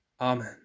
Amen